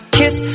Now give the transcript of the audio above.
kiss